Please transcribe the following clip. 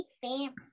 family